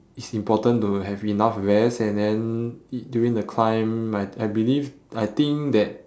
it's important to have enough rest and then during the climb I I believe I think that